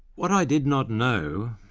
what i did not know,